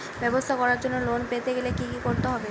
ব্যবসা করার জন্য লোন পেতে গেলে কি কি করতে হবে?